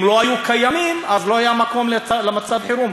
אם הם לא היו קיימים, אז לא היה מקום למצב חירום.